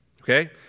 okay